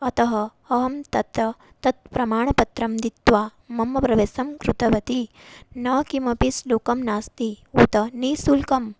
अतः अहं तत्र तत् प्रमाणपत्रं दत्वा मम प्रवेशं कृतवती न किमपि शुल्कं नास्ति उत निश्शुल्कं